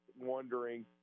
wondering